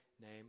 name